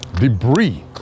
debris